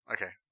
Okay